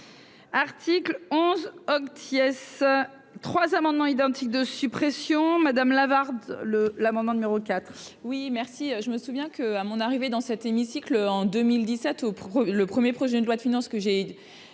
article 11 hommes Thiès trois amendements identiques de suppression madame Lavarde le l'amendement numéro 4. Oui, merci, je me souviens que à mon arrivée dans cet hémicycle en 2017, le 1er projet de loi de finances que j'ai